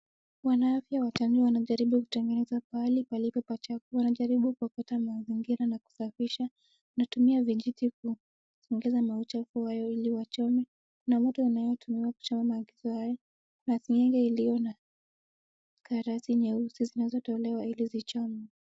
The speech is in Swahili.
Wanaafya wa jamii wanajaribu kutengeneza pahali palipo pachafu, wanajaribu kuokota mazingira na kusafisha. Wanatumia vijiti kusongesha mauchafu hayo ili wachome. Kuna moto unayotumiwa kuchoma maagizo hayo na seng'enge iliyo na karatasi nyeusi zinazotolewa ili zichomwe.